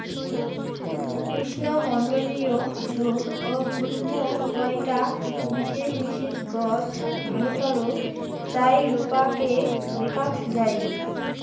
উষ্ণমণ্ডলীয় ঝোপ ও গুল্ম কয়টা বিশেষ বিশেষ গছ ভারতর চাইরোপাকে দ্যাখ্যাত যাই